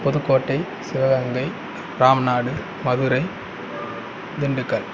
Pudukkottai Sivaganga Ramnad Madurai Dindigul